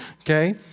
okay